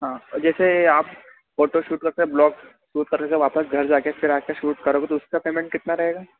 हाँ जैसे आप फोटोशूट करते हैं ब्लॉक उस तरह से वापस घर जा के फिर आ के शूट करोगे तो उसका पेमेंट कितना रहेगा